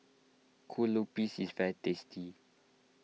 Kue Lupis is very tasty